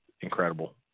Incredible